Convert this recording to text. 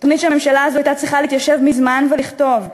תוכנית שהממשלה הזאת הייתה צריכה להתיישב מזמן ולכתוב,